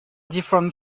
deformed